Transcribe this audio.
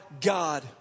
God